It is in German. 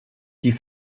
die